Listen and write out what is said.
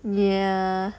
ya